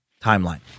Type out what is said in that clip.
timeline